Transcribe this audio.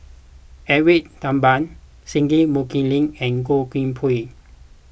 Edwin Thumboo Singai Mukilan and Goh Koh Pui